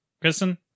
Kristen